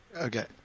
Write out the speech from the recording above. Okay